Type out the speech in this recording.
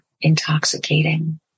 intoxicating